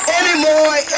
anymore